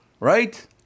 Right